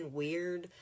weird